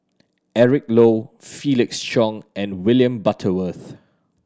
Eric Low Felix Cheong and William Butterworth